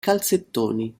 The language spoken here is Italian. calzettoni